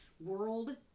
world